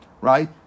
Right